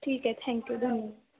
ठीक आहे थँक्यू धन्य